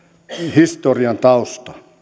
historian tausta